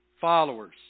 followers